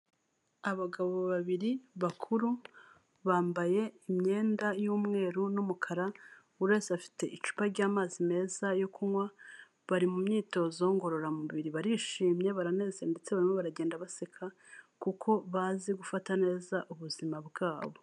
Abagabo babiri bakuru, bambaye imyenda y'umweru n'umukara, buri wese afite icupa ry'amazi meza yo kunywa, bari mu myitozo ngororamubiri, barishimye, baranezewe ndetse bamwe baragenda baseka, kuko bazi gufata neza ubuzima bwabo.